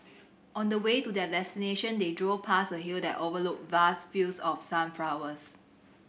on the way to their destination they drove past a hill that overlooked vast fields of sunflowers